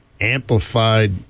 Amplified